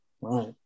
right